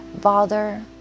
bother